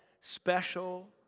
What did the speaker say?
Special